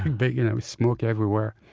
but you know was smoke everywhere.